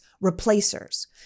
replacers